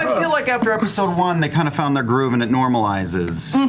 like after episode one, they kind of found their groove and it normalizes.